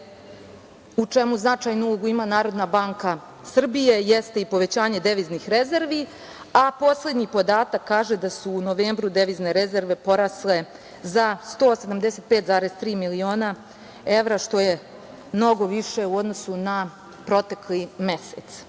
u čemu značajnu ulogu ima Narodna banka Srbije, jeste i povećanje deviznih rezervi, a poslednji podatak kaže da su u novembru devizne rezerve porasle za 175,3 miliona evra što je mnogo više u odnosu na protekli